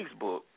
Facebook